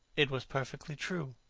it was perfectly true.